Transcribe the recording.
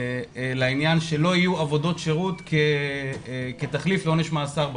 לעניין שלא יהיו עבודות שירות כתחליף לעונש מאסר בפועל?